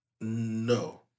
No